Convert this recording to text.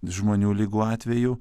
žmonių ligų atveju